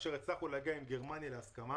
כאשר הצלחנו להגיע עם גרמניה להסכמה